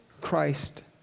Christ